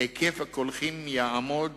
היקף השבת הקולחין יעמוד